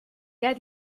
der